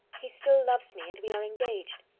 he still loves me, and we are engaged.